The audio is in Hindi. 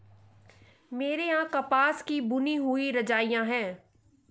मेरे यहां कपास की बनी हुई रजाइयां है